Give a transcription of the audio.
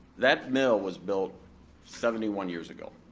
that mill was built seventy one years ago,